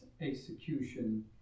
execution